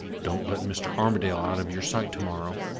don't let mr. armadale out of your sight to-morrow!